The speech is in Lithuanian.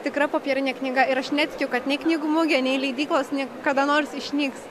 tikra popierinė knyga ir aš netikiu kad nei knygų mugė nei leidyklos nei kada nors išnyks